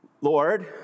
Lord